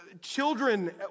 Children